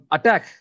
Attack